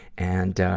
and,